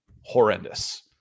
horrendous